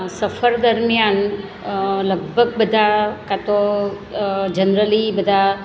સફર દરમિયાન લગભગ બધા કાં તો જનરલી બધા